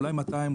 ואולי 200,